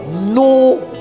No